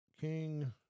King